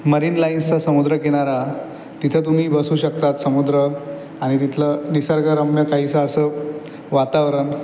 marine लाइन्सचा समुद्रकिनारा तिथं तुम्ही बसू शकतात समुद्र आणि तिथलं निसर्गरम्य काहीसं असं वातावरण